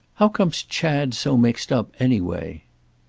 how comes chad so mixed up, anyway?